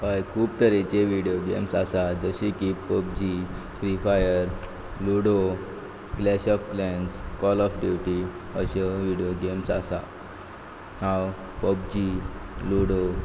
हय खूब तरेचे विडीयो गेम्स आसा जशें की PUBG free fire ludo clash of clans call of duty अश्यो विडीयो गेम्स आसात हांव पबजी लुडो